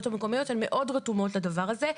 המקומיות הן מאוד רתומות לדבר הזה.